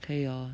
可以 hor